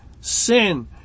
sin